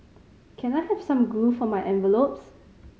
can I have some glue for my envelopes